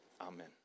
Amen